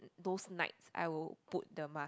those nights I will put the mask